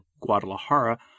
Guadalajara